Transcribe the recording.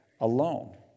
alone